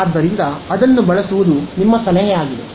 ಆದ್ದರಿಂದ ಅದನ್ನು ಬಳಸುವುದು ನಿಮ್ಮ ಸಲಹೆಯಾಗಿದೆ